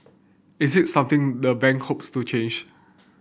is it something the bank hopes to change